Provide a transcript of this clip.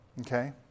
Okay